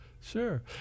Sure